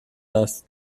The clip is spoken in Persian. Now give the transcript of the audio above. است